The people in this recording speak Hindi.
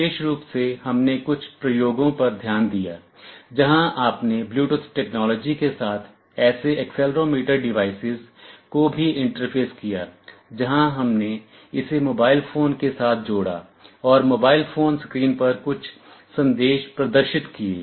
विशेष रूप से हमने कुछ प्रयोगों पर ध्यान दिया जहां आपने ब्लूटूथ टेक्नोलॉजी के साथ ऐसे एक्सेलेरोमीटर डिवाइस को भी इंटरफ़ेस किया जहां हमने इसे मोबाइल फोन के साथ जोड़ा और मोबाइल फोन स्क्रीन पर कुछ संदेश प्रदर्शित किए